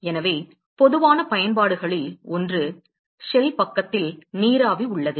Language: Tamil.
எனவே பொதுவான பயன்பாடுகளில் ஒன்று ஷெல் பக்கத்தில் நீராவி உள்ளது